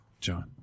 John